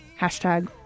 Hashtag